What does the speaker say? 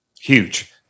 Huge